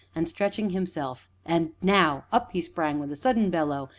and stretching himself and now, up he sprang with a sudden bellow,